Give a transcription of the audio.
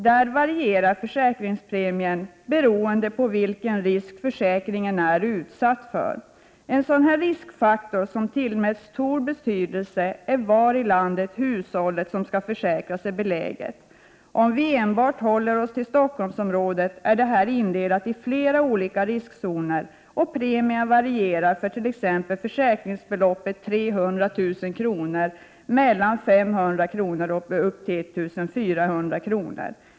Där varierar försäkringspremien beroende på vilken risk försäkringen är utsatt för. En sådan riskfaktor som tillmätts stor betydelse är var i landet hushållet som skall försäkras är beläget. Om jag enbart håller mig till Stockholmsområdet, är detta indelat i flera olika riskzoner, och premien varierar för t.ex. försäkringsbeloppet 300 000 kr. mellan 500 kr. och 1 400 kr.